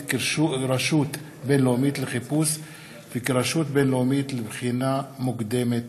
כרשות בין-לאומית לחיפוש וכרשות בין-לאומית לבחינה מוקדמת.